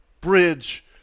bridge